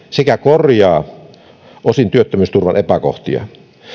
sekä korjaa osin työttömyysturvan epäkohtia